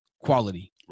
quality